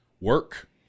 work